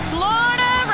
Florida